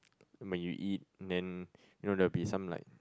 when you eat then you know there will be some like